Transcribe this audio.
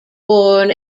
born